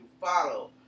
follow